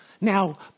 Now